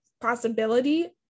possibility